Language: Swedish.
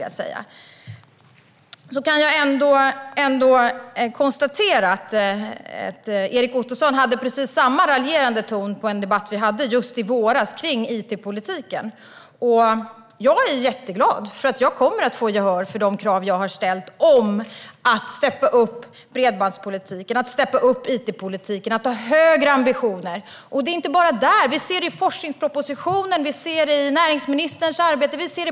Jag konstaterar att Erik Ottoson hade precis samma raljerande ton under en debatt i våras om it-politiken. Jag är glad eftersom jag kommer att få gehör för de krav jag har ställt om att "steppa upp" bredbandspolitiken och it-politiken, det vill säga att ha högre ambitioner. Det gäller inte bara där. Det syns i forskningspropositionen och i näringsministerns arbete.